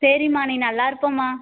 சரிம்மா நீ நல்லா இருப்பம்மா